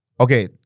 Okay